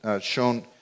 shown